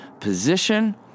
position